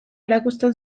erakusten